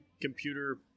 computer